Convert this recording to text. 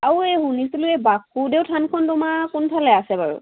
আৰু এই শুনিছিলোঁ এই বাসুদেউ থানখন তোমাৰ কোনফালে আছে বাৰু